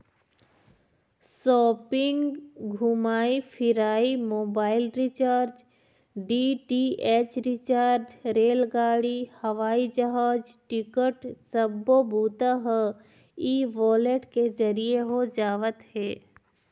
shopping, घूमई फिरई, mobile recharge, DTH recharge, रेलगाड़ी, हवई जहाज टिकट सब्बो बूता ह ई वॉलेट के जरिए हो जावत हे